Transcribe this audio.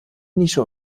nische